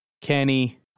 Kenny